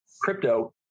crypto